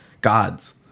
gods